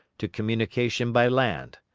to communication by land.